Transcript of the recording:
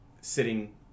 sitting